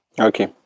Okay